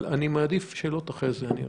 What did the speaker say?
אני מעדיף שאלות אחרי זה.